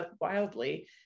wildly